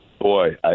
boy